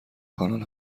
کانال